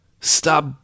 Stop